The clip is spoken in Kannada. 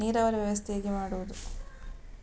ನೀರಾವರಿ ವ್ಯವಸ್ಥೆ ಹೇಗೆ ಮಾಡುವುದು?